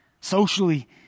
socially